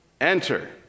enter